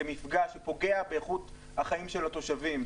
כמפגע שפוגע באיכות החיים של התושבים,